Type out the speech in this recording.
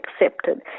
accepted